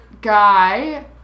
guy